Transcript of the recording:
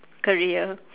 career